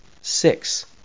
Six